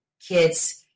kids